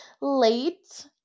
late